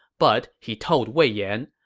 but he told wei yan,